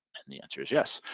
and the answer is yes.